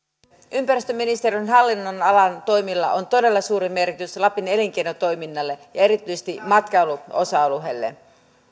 ympäristöministeriön hallinnon alan toimilla on todella suuri merkitys lapin elinkeinotoiminnalle ja erityisesti matkailuosa alueelle